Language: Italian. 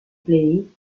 play